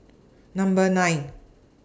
Number nine